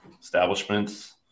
establishments